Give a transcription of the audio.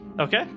Okay